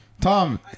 Tom